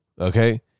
Okay